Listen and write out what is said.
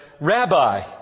Rabbi